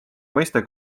mõiste